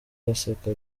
araseka